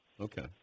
okay